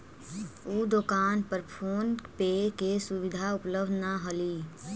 उ दोकान पर फोन पे के सुविधा उपलब्ध न हलई